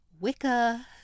Wicca